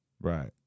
Right